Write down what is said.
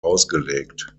ausgelegt